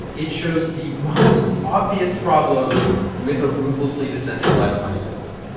it shows the most obvious problem with a ruthlessly decentralized money system.